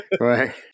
Right